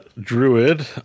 druid